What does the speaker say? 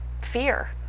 fear